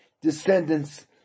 descendants